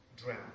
drown